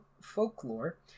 folklore